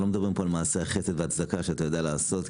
אנחנו לא מדברים פה על מעשה החסד והצדקה שאתה יודע לעשות,